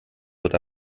dort